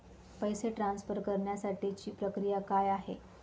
पैसे ट्रान्सफर करण्यासाठीची प्रक्रिया काय आहे?